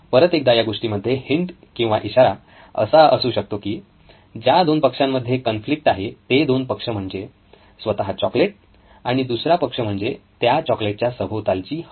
परत एकदा या गोष्टीमध्ये हिंट किंवा इशारा असा असू शकतो की ज्या दोन पक्षांमध्ये कॉन्फ्लिक्ट आहे ते दोन पक्ष म्हणजे स्वतः चॉकलेट आणि दुसरा पक्ष म्हणजे त्या चॉकलेटच्या सभोवतालची हवा